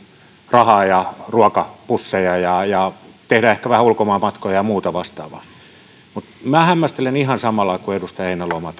rahaa ja ruokapusseja ja ja tehdä ehkä vähän ulkomaanmatkoja ja muuta vastaavaa mutta minä hämmästelen ihan samalla lailla kuin edustaja heinäluoma